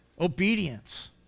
Obedience